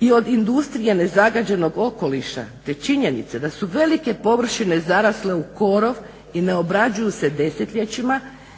i od industrije nezagađenog okoliša te činjenice da su velike površine zarasle u korov i ne obrađuju se desetljećima,